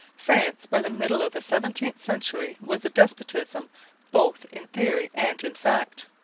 france by the middle of the seventeenth century was a despotism both in theory and in fact.